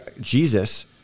Jesus